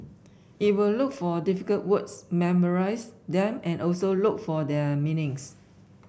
it will look for difficult words memorise them and also look for their meanings